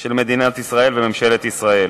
של מדינת ישראל וממשלת ישראל.